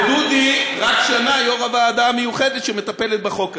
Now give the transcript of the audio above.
ודודי רק שנה יו"ר הוועדה המיוחדת שמטפלת בחוק הזה.